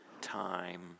time